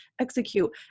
execute